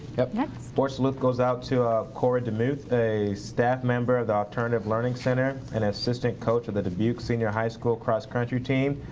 next. more salute goes out to corrie demuth, a staff member of the alternative learning center and assistant coach of the dubuque senior high school cross country team.